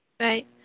Right